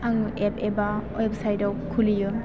आङो एप एबा वेबसाइटआव खुलियो